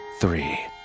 Three